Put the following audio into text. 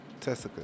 Tessica